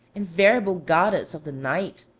and variable goddess of the night,